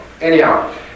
anyhow